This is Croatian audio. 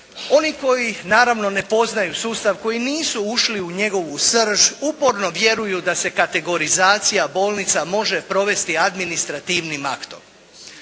oni koji naravno ne poznaju sustav, koji nisu ušli u njegovu srž, uporno vjeruju da se kategorizacija bolnica može provesti administrativnim aktom.